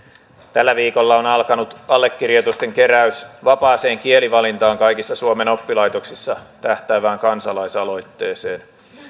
tällä viikolla on alkanut allekirjoitusten keräys vapaaseen kielivalintaan kaikissa suomen oppilaitoksissa tähtäävään kansalaisaloitteeseen